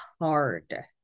hard